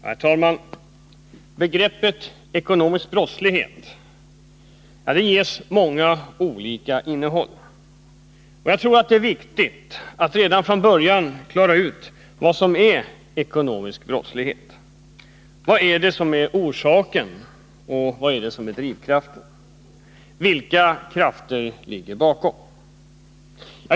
Herr talman! Begreppet ekonomisk brottslighet ges många olika innehåll. Jag tror det är viktigt att redan från början klara ut vad som är ekonomisk brottslighet. Vad är det som är orsaken och drivkraften till den? Vilka krafter ligger bakom?